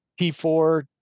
P4